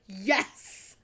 yes